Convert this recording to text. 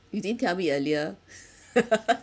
you didn't tell me earlier